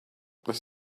this